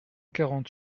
quarante